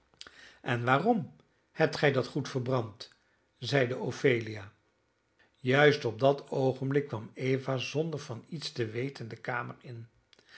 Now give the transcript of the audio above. en waarom hebt gij dat goed verbrand zeide ophelia juist op dat oogenblik kwam eva zonder van iets te weten de kamer in